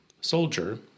soldier